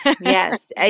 Yes